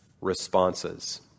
responses